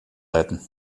litten